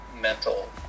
mental